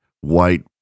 white